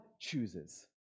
chooses